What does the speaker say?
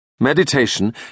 Meditation